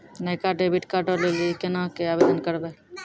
नयका डेबिट कार्डो लै लेली केना के आवेदन करबै?